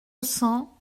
cents